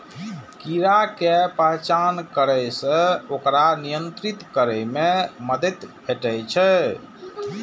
कीड़ा के पहचान करै सं ओकरा नियंत्रित करै मे मदति भेटै छै